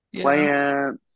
plants